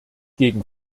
gegen